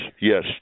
Yes